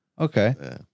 okay